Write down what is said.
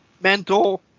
mental